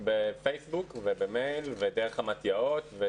בפייסבוק, במייל ודרך המתי"אות.